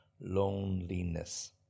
loneliness